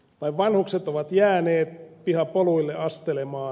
vain vanhukset ovat jääneet pihapoluille astelemaan